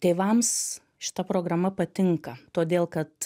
tėvams šita programa patinka todėl kad